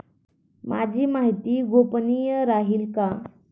माझी माहिती गोपनीय राहील का?